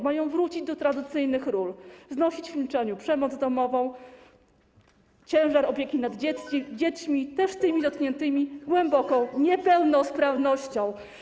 Mają wrócić do tradycyjnych ról, znosić w milczeniu przemoc domową, ciężar opieki nad dziećmi, też tymi dotkniętymi głęboką niepełnosprawnością.